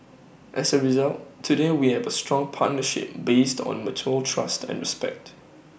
as A result today we have A strong partnership based on mutual trust and respect